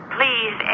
Please